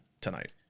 tonight